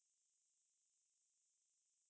for each of the game lah mm